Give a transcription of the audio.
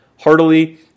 heartily